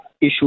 issue